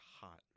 hot